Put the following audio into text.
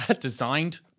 designed